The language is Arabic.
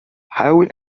حاول